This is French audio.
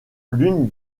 l’une